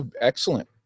excellent